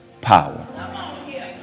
power